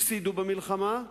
הפסידו במלחמה.